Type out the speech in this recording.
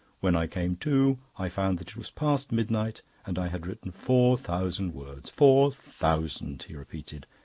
when i came to, i found that it was past midnight, and i had written four thousand words. four thousand, he repeated,